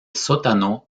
sótano